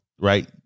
right